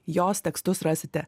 jos tekstus rasite